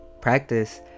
practice